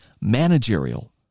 managerial